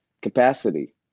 capacity